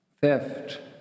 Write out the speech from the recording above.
theft